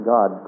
God